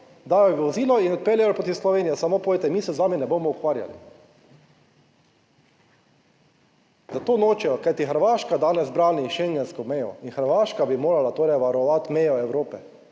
Dajo v vozilo in odpeljejo proti Slovenijo. Samo povejte, mi se z vami ne bomo ukvarjali, zato nočejo. Kajti Hrvaška danes brani schengensko mejo in Hrvaška bi morala torej varovati mejo Evrope,